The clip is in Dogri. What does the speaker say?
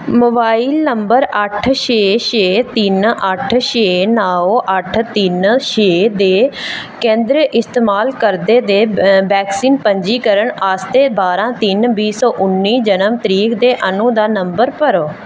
मोबाइल नंबर अट्ठ छे छे तिन अट्ठ छे नौ अट्ठ तिन छे दे केंदर इस्तेमाल करदे दे वैक्सीन पंजीकरण आस्तै बारां तिन बीह् सौ उन्नी जनम तरीक दे अनु दा नंबर भरो